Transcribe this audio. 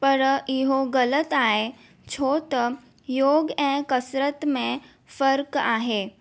पर इहो ॻलति आहे छो त योग ऐं कसरतु में फ़र्क आहे